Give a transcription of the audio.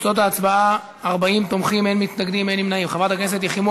ההצעה להעביר את הצעת חוק דמי מחלה (היעדרות בשל מחלת ילד)